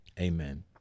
amen